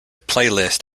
playlist